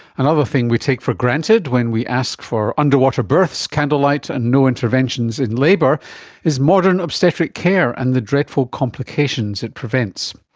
another thing we take for granted when we ask for underwater births, candlelight and no interventions in labour is modern obstetric care and the dreadful complications it prevents.